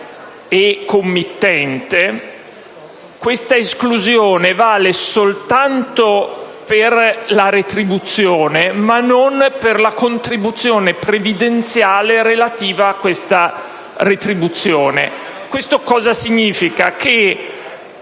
e committente, questa esclusione vale soltanto per la retribuzione ma non per la contribuzione previdenziale relativa a questa retribuzione. Questo significa